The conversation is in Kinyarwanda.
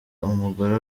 umugore